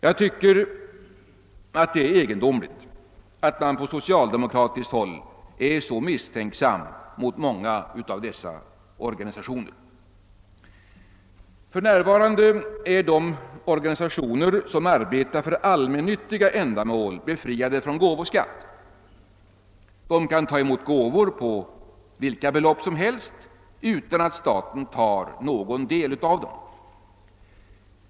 Jag tycker det är egendomligt att man på socialdemokratiskt håll är så misstänksam mot många av dessa organisationer. För närvarande är de organisationer som arbetar för allmännyttiga ändamål befriade från gåvoskatt. De kan ta emot gåvor på vilka belopp som helst utan att staten tar någon del av dem.